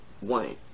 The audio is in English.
One